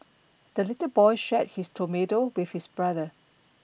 the little boy shared his tomato with his brother